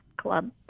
Club